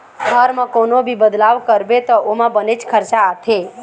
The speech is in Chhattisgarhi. घर म कोनो भी बदलाव करबे त ओमा बनेच खरचा आथे